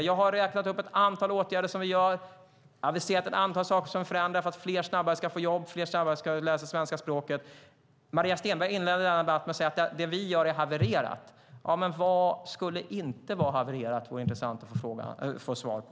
Jag har räknat upp ett antal åtgärder som vi vidtar och aviserat ett antal saker som vi förändrar för att fler snabbare ska få jobb och fler snabbare ska lära sig det svenska språket. Maria Stenberg inledde denna debatt med att säga att det vi gör har havererat. Vad skulle inte ha havererat? Det vore intressant att få svar på.